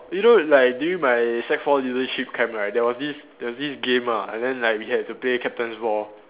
you know like during my sec four leadership camp right there was this there was this game ah and then like we had to play captain's ball